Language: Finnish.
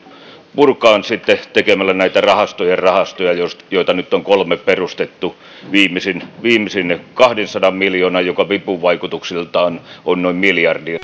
purkamaan sitten tekemällä näitä rahastojen rahastoja joita nyt on kolme perustettu viimeisin viimeisin kahdensadan miljoonan rahasto joka vipuvaikutuksiltaan on noin miljardin